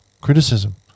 criticism